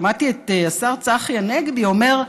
שמעתי את השר צחי הנגבי אומר: